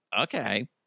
okay